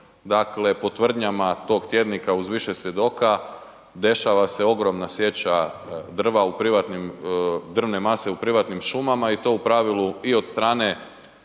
Dakle po tvrdnjama tog tjednika uz više svjedoka, dešava se ogromna sječa drvne mase u privatnim šumama i to u pravilu i od strane